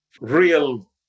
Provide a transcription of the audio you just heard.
real